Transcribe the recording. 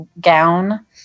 gown